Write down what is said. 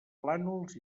plànols